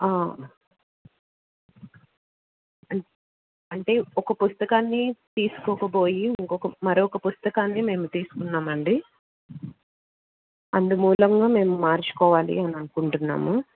అంటే ఒక పుస్తకాన్ని తీసుకోకబోయి ఇంకొక మరొక పుస్తకాన్ని మేము తీసుకున్నామండి అందు మూలంగా మేము మార్చుకోవాలి అని అనుకుంటున్నాము